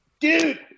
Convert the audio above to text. Dude